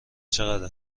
چقدر